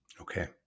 Okay